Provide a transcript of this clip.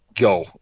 Go